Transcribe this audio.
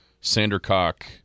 Sandercock